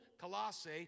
Colossae